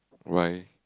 why